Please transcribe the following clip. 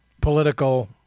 political